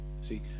See